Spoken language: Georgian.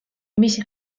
მისი